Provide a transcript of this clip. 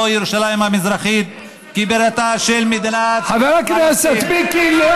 ירושלים המזרחית כבירתה של מדינת פלסטין.